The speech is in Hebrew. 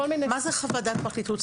מה זה חוות דעת של הפרקליטות?